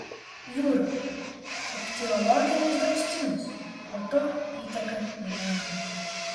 jūra ichtiologinis draustinis po to įteka į nemuną